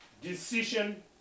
decision